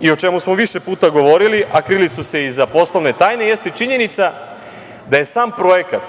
i o čemu smo više puta govorili, a krili su se iza poslovne tajne jeste činjenica da je sam projekat,